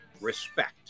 Respect